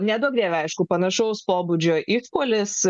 neduok dieve aišku panašaus pobūdžio išpuolis